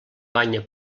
banya